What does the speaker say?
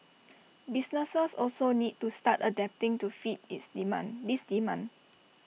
businesses also need to start adapting to fit is demand this demand